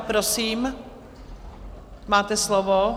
Prosím, máte slovo.